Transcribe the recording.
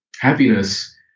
happiness